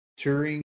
Turing